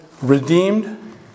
redeemed